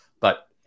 But-